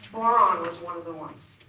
boron was one of the ones.